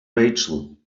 rachel